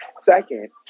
Second